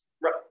right